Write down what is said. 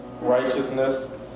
righteousness